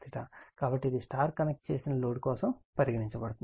కాబట్టి ఇది star connect చేసిన లోడ్ కోసం పరిగణించబడింది